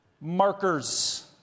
markers